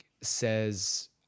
says